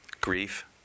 grief